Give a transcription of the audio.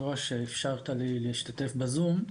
יושב הראש, שאפשרת לי להשתתף בזום.